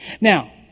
Now